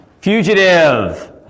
Fugitive